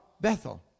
Bethel